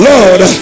Lord